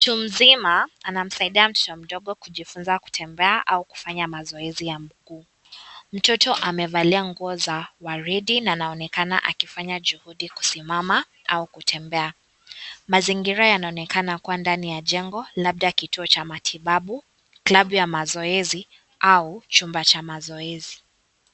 Mtu mzima anamsaidia mtoto mdogo kujifunza kutembea au kufanya mazoezi ya mguu, mtot amevalia nguo za waridi na anaonekana akifanya juhudi kusimama au kutembea. Mazingira yanaonekana kuwa ndani ya jengo, labda kituo cha matibabu klabu ya mazoezi au chumba cha mazoezi.